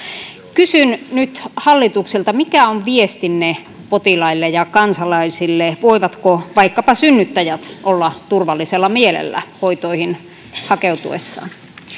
kysyn nyt hallitukselta mikä on viestinne potilaille ja kansalaisille voivatko vaikkapa synnyttäjät olla turvallisella mielellä hoitoihin hakeutuessaan